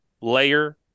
layer